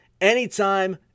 anytime